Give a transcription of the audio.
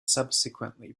subsequently